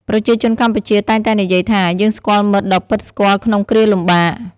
ប្រជាជនកម្ពុជាតែងតែនិយាយថា “យើងស្គាល់មិត្តដ៏ពិតស្គាល់ក្នុងគ្រាលំបាក”។